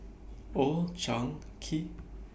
Old Chang Kee